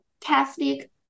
Catholic